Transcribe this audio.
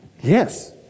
Yes